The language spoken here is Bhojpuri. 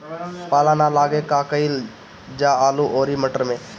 पाला न लागे का कयिल जा आलू औरी मटर मैं?